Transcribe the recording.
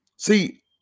See